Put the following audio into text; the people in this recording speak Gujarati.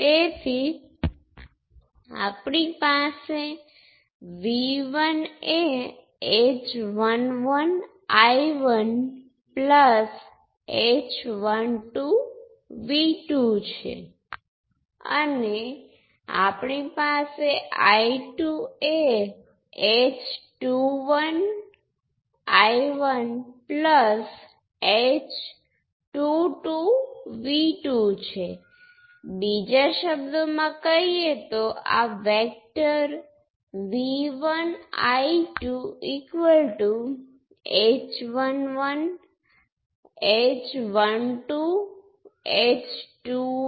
તેવી જ રીતે જો તમે બીજા ઇક્વેશન ને જુઓ તો આપણી પાસે I2 બરાબર y22 × V2 છે તે તેનો એક ભાગ છે અને તે પોર્ટ 2 પરના વોલ્ટેજ અને પોર્ટ 2 માં કરંટ વચ્ચેનો સંબંધ છે તેથી તે એક કંડક્ટન્સ દ્વારા રજૂ થાય છે જેની વેલ્યુ y22 છે